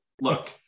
look